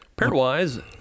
Pairwise